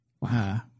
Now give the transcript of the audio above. Wow